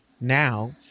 Now